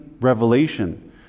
Revelation